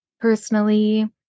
personally